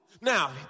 Now